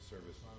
service